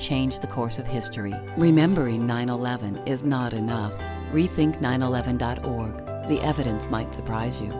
change the course of history remembering nine eleven is not enough rethink nine eleven or the evidence might surprise you